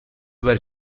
were